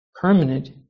permanent